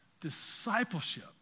Discipleship